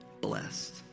blessed